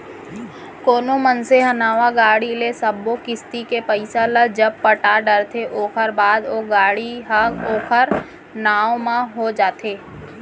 कोनो मनसे ह नवा गाड़ी के ले सब्बो किस्ती के पइसा ल जब पटा डरथे ओखर बाद ओ गाड़ी ह ओखर नांव म हो जाथे